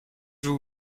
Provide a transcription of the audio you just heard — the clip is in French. vous